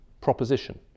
proposition